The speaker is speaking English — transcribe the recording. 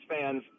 fans